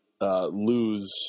lose